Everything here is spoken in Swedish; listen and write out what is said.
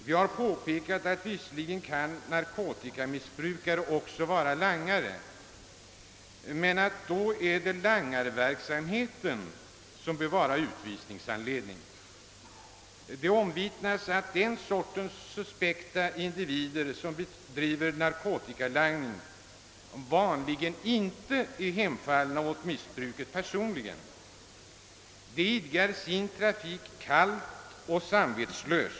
Vi har påpekat att narkotikamissbrukare visserligen också kan vara narkotikalangare, men vi anser att det då är langarverksamheten som bör vara utvisningsanledning. Det omvittnas nämligen att den kategori av suspekta individer, som bedriver narkotikalangning, vanligen inte personligen hemfallit åt missbruket. De utövar sin hantering kallt och samvetslöst.